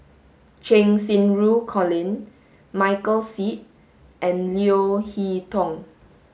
Cheng Xinru Colin Michael Seet and Leo Hee Tong